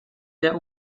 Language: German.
der